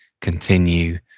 continue